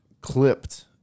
clipped